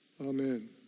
Amen